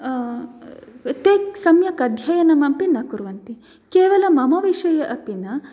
ते सम्यक् अध्ययनमपि न कुर्वन्ति केवलं मम विषये अपि न